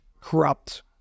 corrupt